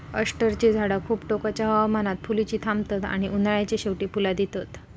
अष्टरची झाडा खूप टोकाच्या हवामानात फुलुची थांबतत आणि उन्हाळ्याच्या शेवटी फुला दितत